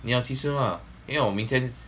你要去吃 mah 因为我明天